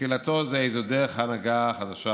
בתחילתו זו איזו דרך או הנהגה חדשה,